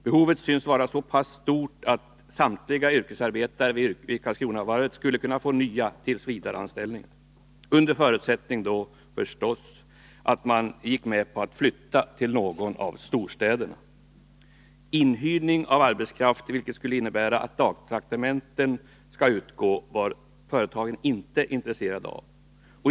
Behovet synes vara så stort att samtliga yrkesarbetare vid Karlskronavarvet skulle kunna få nya tillsvidareanställningar, under förutsättning förstås att de går med på att flytta till någon av storstäderna. Inhyrning av arbetskraft, vilket skulle innebära att dagtraktamenten skall utgå, var företagen inte intresserade av.